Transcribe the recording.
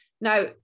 Now